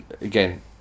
again